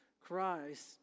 Christ